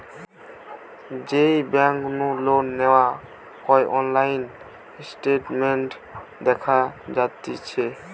যেই বেংক নু লোন নেওয়া হয়অনলাইন স্টেটমেন্ট দেখা যাতিছে